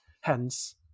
Hence